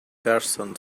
carson